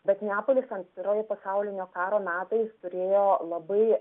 bet neapolis antrojo pasaulinio karo metais turėjo labai